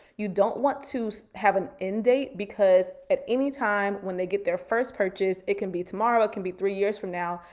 you don't want to have an end date because at any time when they get their first purchase, it can be tomorrow, it can be three years from now.